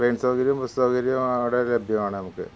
train സൗകര്യം bus സൗകര്യം അവിടെ ലഭ്യമാണ് നമുക്ക്